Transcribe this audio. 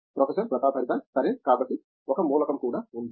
professor Pratap Haridas సరే కాబట్టి ఒక మూలకం కూడా ఉంది